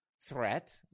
threat